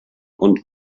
und